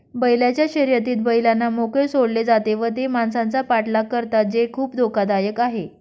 बैलांच्या शर्यतीत बैलांना मोकळे सोडले जाते व ते माणसांचा पाठलाग करतात जे खूप धोकादायक आहे